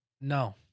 No